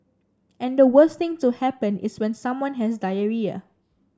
and the worst thing to happen is when someone has diarrhoea